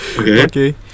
Okay